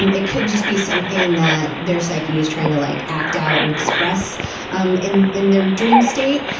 and it could just be something that their psyche is trying to like act out and express um in in their dream state.